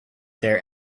there